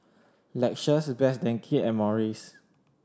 Lexus Best Denki and Morries